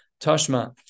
Toshma